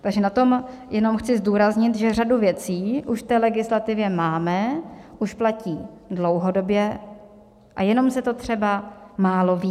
Takže na tom jenom chci zdůraznit, že řadu věcí už v té legislativě máme, už platí dlouhodobě a jenom se to třeba málo ví.